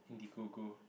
Indigo go